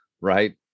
right